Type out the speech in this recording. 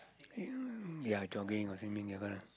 uh ya jogging or swimming this one